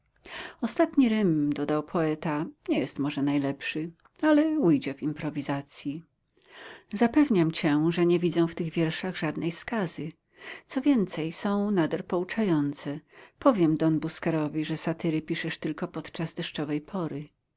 ostatni rym dodał poeta nie jest może najlepszy ale ujdzie w improwizacji zapewniam cię że nie widzę w tych wierszach żadnej skazy co więcej są nader pouczające powiem don busquerowi że satyry piszesz tylko podczas deszczowej pory